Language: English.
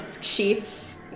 sheets